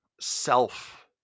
self